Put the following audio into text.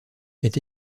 est